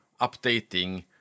updating